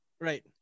Right